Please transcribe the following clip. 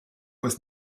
was